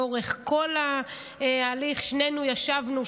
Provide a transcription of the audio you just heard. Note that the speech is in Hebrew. לאורך כל ההליך שנינו ישבנו,